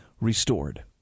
restored